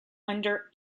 under